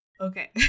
okay